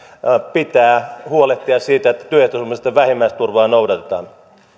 pitää huolehtia siitä että työehtosopimusten vähimmäisturvaa noudatetaan